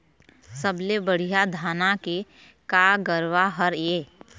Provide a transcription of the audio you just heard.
सबले बढ़िया धाना के का गरवा हर ये?